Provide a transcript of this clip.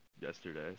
yesterday